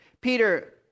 Peter